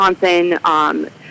Wisconsin